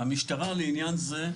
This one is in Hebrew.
המשטרה לעניין זה,